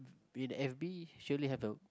in it be surely have a